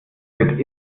wird